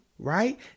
right